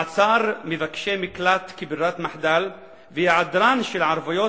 מעצר מבקשי מקלט כברירת מחדל והיעדרן של ערבויות